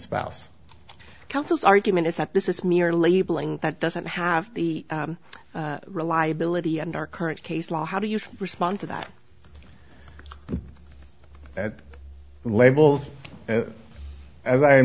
spouse council's argument is that this is mere labeling that doesn't have the reliability and our current case law how do you respond to that that label as i